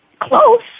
close